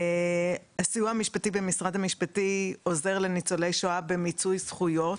הסיוע המשפטי במשרד המשפטים עוזר לניצולי שואה במיצוי זכויות,